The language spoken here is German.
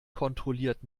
kontrolliert